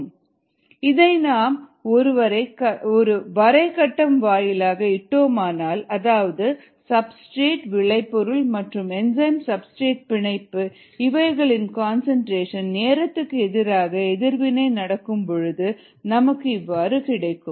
ES Et E இதை நாம் ஒருவரை கட்டம் வாயிலாக இட்டோமானால் அதாவது சப்ஸ்டிரேட் விளைபொருள் மற்றும் என்சைம் சப்ஸ்டிரேட் பிணைப்பு இவைகளின் கன்சன்ட்ரேஷன் நேரத்திற்கு எதிராக எதிர்வினை நடக்கும் பொழுது நமக்கு இவ்வாறு கிடைக்கும்